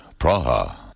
Praha